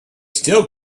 still